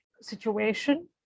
situation